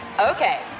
Okay